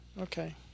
okay